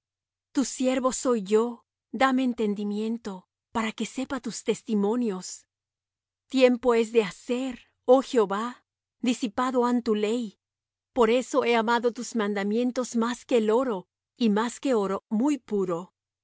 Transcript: tu siervo soy yo dame entendimiento para que sepa tus testimonios tiempo es de hacer oh jehová disipado han tu ley por eso he amado tus mandamientos más que el oro y más que oro muy puro por